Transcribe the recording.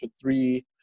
three